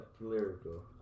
lyrical